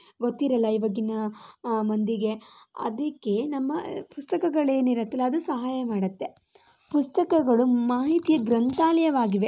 ಗೊತ್ತಿರೋಲ್ಲ ಈ ಬಗ್ಗೆ ಮಂದಿಗೆ ಅದಿಕೆ ನಮ್ಮ ಪುಸ್ತಕಗಳು ಏನಿರುತ್ತೆ ಅದು ಸಹಾಯ ಮಾಡುತ್ತೆ ಪುಸ್ತಕಗಳು ಮಾಹಿತಿ ಗ್ರಂಥಾಲಯವಾಗಿವೆ